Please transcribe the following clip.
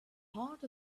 heart